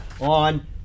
on